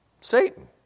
Satan